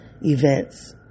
events